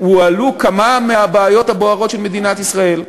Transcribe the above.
הועלו כמה מהבעיות הבוערות של מדינת ישראל.